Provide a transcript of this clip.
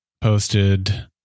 posted